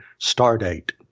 Stardate